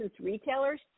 retailers